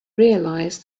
realize